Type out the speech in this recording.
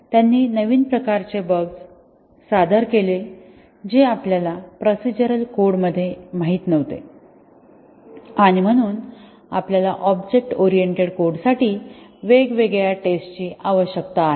त्यांनी नवीन प्रकारचे बग सादर केले जे आपल्याला प्रोसिजरल कोडमध्ये माहित नव्हते आणि म्हणून आपल्याला ऑब्जेक्ट ओरिएंटेड कोडसाठी वेगवेगळ्या टेस्टची आवश्यकता आहे